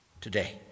today